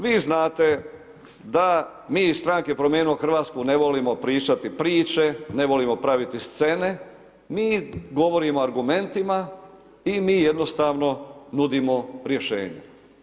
Vi znate da mi iz stranke Promijenimo Hrvatsku ne volimo pričati priče, ne volimo praviti scene, mi govorimo argumentima i mi jednostavno nudimo rješenja.